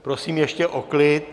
Prosím ještě o klid.